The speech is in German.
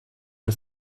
man